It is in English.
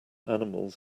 animals